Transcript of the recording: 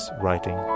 writing